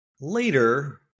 later